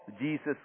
Jesus